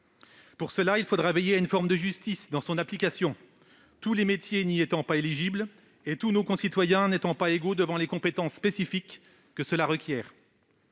Pour cela, il faudra veiller à une forme de justice dans son application, tous les métiers n'y étant pas éligibles et tous nos concitoyens n'étant pas égaux devant les compétences spécifiques qu'il requiert.